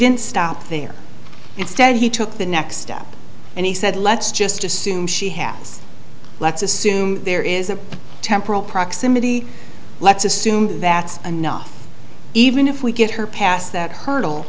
didn't stop there instead he took the next step and he said let's just assume she has let's assume there is a temporal proximity let's assume that's enough even if we get her past that hurdle